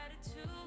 attitude